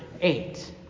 eight